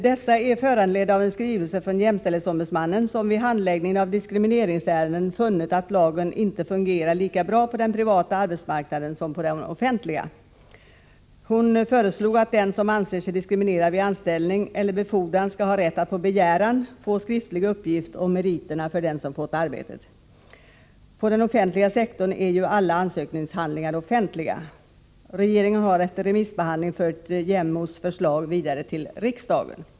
Dessa ändringar är föranledda av en skrivelse från jämställdhetsombudsmannen, som vid handläggning av diskrimineringsärenden funnit att lagen inte fungerar lika bra på den privata arbetsmarknaden som på den offentliga. Hon föreslog att den som anser sig diskriminerad vid anställning eller befordran skall ha rätt att på begäran få skriftlig uppgift om den persons meriter som har fått arbetet. På den offentliga sektorn är ju alla ansökningshandlingar offentliga. Regeringen har efter remissbehandling fört jämställdhetsombudsmannens förslag vidare till riksdagen.